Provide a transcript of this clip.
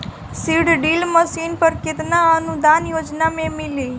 Seed drill machine पर केतना अनुदान योजना में मिली?